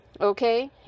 okay